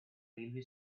railway